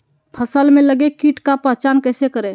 फ़सल में लगे किट का पहचान कैसे करे?